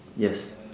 yes